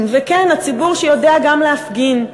וכן, הציבור שיודע גם להפגין,